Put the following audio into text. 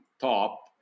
top